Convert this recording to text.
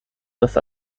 das